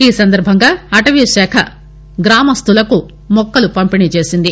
ఈ సందర్భంగా అటవీశాఖ గ్రామస్తులకు మొక్కలను పంపిణీ చేసింది